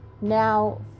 now